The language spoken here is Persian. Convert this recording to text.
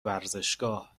ورزشگاه